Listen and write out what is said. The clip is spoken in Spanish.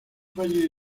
fallido